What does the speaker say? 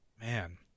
Man